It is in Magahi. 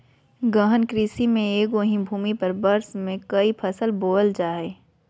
गहन कृषि में एगो ही भूमि पर वर्ष में क़ई फसल बोयल जा हइ